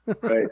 right